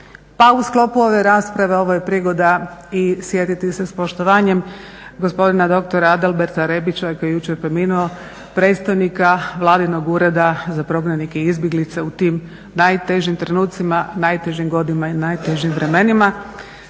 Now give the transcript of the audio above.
Pa u sklopu ove rasprave ovo je prigoda i sjetiti se s poštovanjem gospodina doktora Adalberta Rebića koji je jučer preminuo, predstavnika Vladinog ureda za prognanike i izbjeglice u tim najtežim trenucima, najtežim godinama i najtežim vremenima.